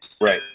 Right